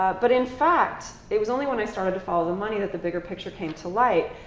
ah but, in fact, it was only when i started to follow the money that the bigger picture came to light.